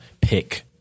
pick